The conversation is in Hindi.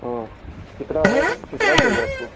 हाँ कितना है सर कितना चाहिए आपको